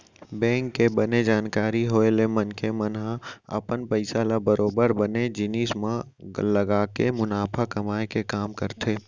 bank के बने जानकारी होय ले मनखे मन ह अपन पइसा ल बरोबर बने जिनिस म लगाके मुनाफा कमाए के काम करथे